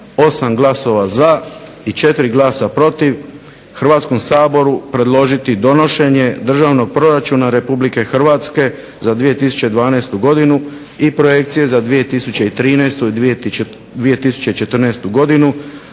8 glasova za i 4 glasa protiv, Hrvatskom saboru predložiti donošenje Državnog proračuna Republike Hrvatske za 2012.godinu i Projekcije za 2013. i 2014.godinu